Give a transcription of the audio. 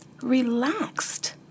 relaxed